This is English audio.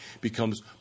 becomes